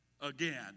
again